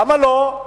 למה לא?